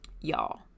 Y'all